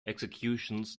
executions